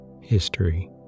History